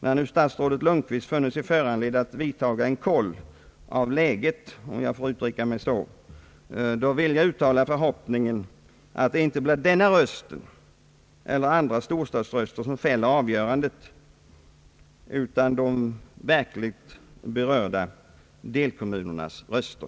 När nu statsrådet Lundkvist funnit sig föranledd att vidtaga en koll av läget, om jag får uttrycka mig så, vill jag uttala förhoppningen att det inte blir denna borgarrådsröst eller andra storstadsröster som fäller avgörandet, utan de verkligt berörda delkommunernas röster.